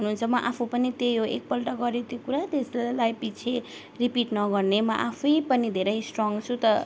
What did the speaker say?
हुनुहुन्छ म आफू पनि त्यही हो एकपल्ट गरेँ त्यो कुरा त्यसलाई पछि रिपिट नगर्ने म आफै पनि धेरै स्ट्रङ छु त